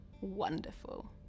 wonderful